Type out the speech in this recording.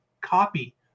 copy